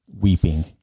weeping